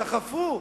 דחפו.